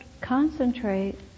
concentrate